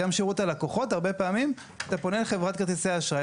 גם שירות הלקוחות הרבה פעמים אתה פונה לחברת כרטיסי האשראי,